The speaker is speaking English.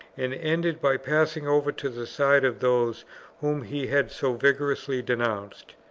and ended by passing over to the side of those whom he had so vigorously denounced.